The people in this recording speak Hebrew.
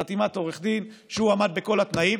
חתימת עורך דין שהוא עמד בכל התנאים,